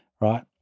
right